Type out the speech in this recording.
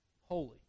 holy